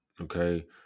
okay